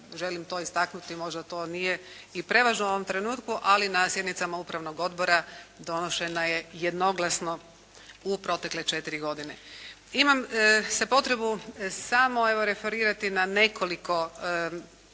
želim to istaknuti možda to i nije i prevažno u ovom trenutku, ali na sjednicama upravnog odbora donošena je jednoglasno u protekle četiri godine. Imam se potrebu samo evo referirati na nekoliko